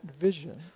vision